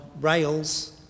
rails